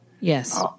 Yes